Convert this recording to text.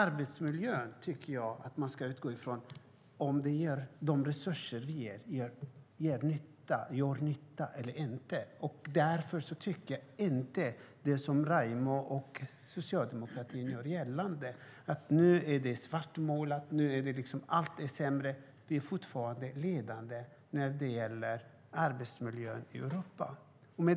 Vi ska utgå från om de resurser vi ger gör nytta eller inte i arbetsmiljön. Raimo Pärssinen och Socialdemokraterna svartmålar och gör gällande att allt har blivit sämre. Sverige är fortfarande ledande i fråga om arbetsmiljön i Europa.